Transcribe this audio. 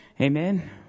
Amen